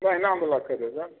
महीना बला करेबै